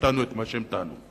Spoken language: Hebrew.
שטענו את מה שהם טענו.